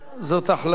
זאת החלטה.